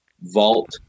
vault